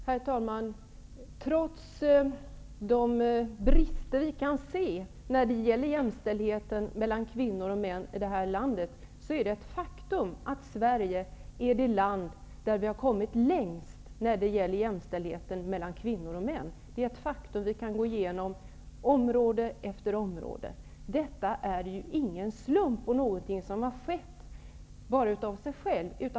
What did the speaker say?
Herr talman! Trots de brister vi kan se när det gäller jämställdhet mellan kvinnor och män i det här landet, är det ett faktum att Sverige är det land där man har kommit längst med jämställdheten mellan kvinnor och män. Vi kan gå igenom område efter område. Detta är ingen slump eller någonting som har skett bara av sig självt.